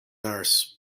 nurse